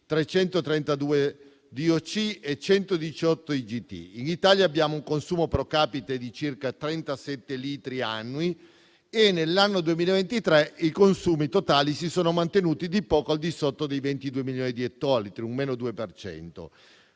332 DOC e 118 IGT. In Italia abbiamo un consumo *pro capite* di circa 37 litri annui e nell'anno 2023 i consumi totali si sono mantenuti poco al di sotto dei 22 milioni di ettolitri (meno 2